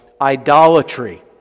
idolatry